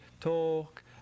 talk